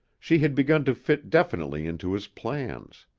she had begun to fit definitely into his plans.